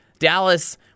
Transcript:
Dallas